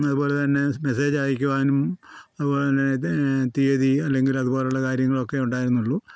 അതുപോലെതന്നെ മെസ്സേജ് അയക്കുവാനും അതുപോലെതന്നെ തീയ്യതി അല്ലെങ്കിൽ അതുപോലുള്ള കാര്യങ്ങളൊക്കെ ഉണ്ടായിരുന്നൊള്ളു